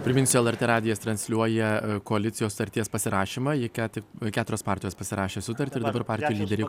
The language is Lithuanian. priminsiu lrt radijas transliuoja koalicijos sutarties pasirašymą ji ką tik keturios partijos pasirašė sutartį ir dabar partijų lyderiu